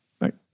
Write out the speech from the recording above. right